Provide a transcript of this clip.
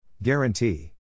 Guarantee